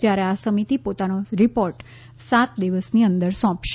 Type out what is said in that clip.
જ્યારે આ સમિતિ પોતાનો રિપોર્ટ સાત દિવસની અંદર સોંપશે